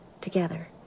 together